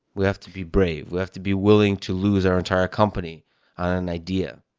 we have to be brave. we have to be willing to lose our entire company and idea,